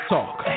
Talk